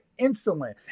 insulin